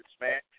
man